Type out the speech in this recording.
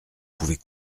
pouvez